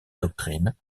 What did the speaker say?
doctrine